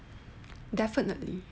definitely